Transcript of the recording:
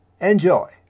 Enjoy